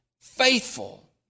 faithful